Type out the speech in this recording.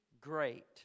great